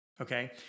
okay